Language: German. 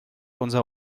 unser